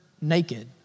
naked